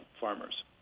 farmers